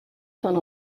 son